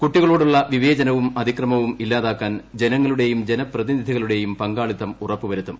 കുട്ടികളോടുള്ള വിവേചനവും അതിക്രമവും ഇല്ലാതാക്കാൻ ജനങ്ങളുടെയും ജനപ്രതിനിധികളുടെയും പങ്കാളിത്തം ഉറപ്പു വരുത്തും